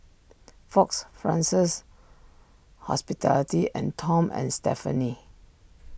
Fox Fraser's Hospitality and Tom and Stephanie